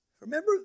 Remember